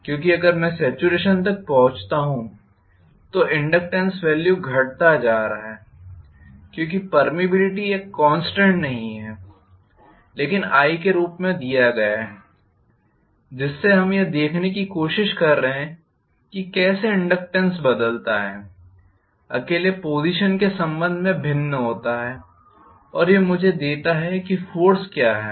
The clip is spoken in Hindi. क्योंकि अगर मैं सॅचुरेशन तक पहुंचता हूं तो इनडक्टेन्स वेल्यू घटता जा रहा है क्योंकि पर्मीयबिलिटी एक कॉन्स्टेंट नहीं है लेकिन i कॉन्स्टेंट के रूप में दिया गया है जिससे हम यह देखने की कोशिश कर रहे हैं कि कैसे इनडक्टेन्स बदलता है अकेले पोज़िशन के संबंध में भिन्न होता है और यह मुझे देता है कि फोर्स क्या है